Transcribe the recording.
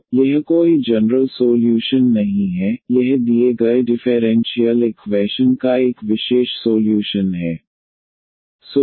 तो यह कोई जनरल सोल्यूशन नहीं है यह दिए गए डिफेरेंशीयल इक्वैशन का एक विशेष सोल्यूशन है